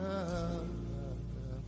Love